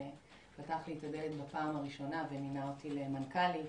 שפתח לי את הדלת בפעם הראשונה ומינה אותי למנכ"לית,